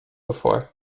before